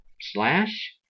slash